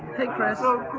hey chris.